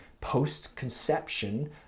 post-conception